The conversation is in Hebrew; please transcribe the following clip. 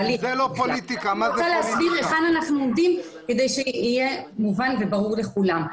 אני רוצה להסביר היכן אנחנו עומדים כדי שיהיה מובן וברור לכולם.